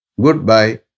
goodbye